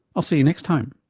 i'll see you next time